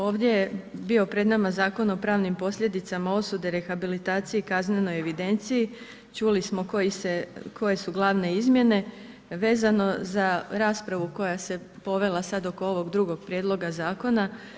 Ovdje je bio pred nama Zakon o pravnim posljedicama, osude, rehabilitacije i kaznenoj evidenciji, čuli smo koje su glavne izmjene vezano za raspravu koja se povela sada oko ovog drugog prijedloga zakona.